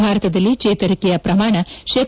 ಭಾರತದಲ್ಲಿ ಚೇತರಿಕೆಯ ಪ್ರಮಾಣ ಶೇ